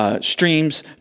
Streams